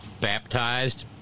baptized